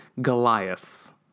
Goliaths